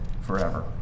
forever